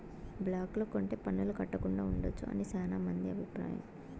black లో కొంటె పన్నులు కట్టకుండా ఉండొచ్చు అని శ్యానా మంది అభిప్రాయం